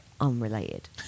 unrelated